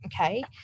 Okay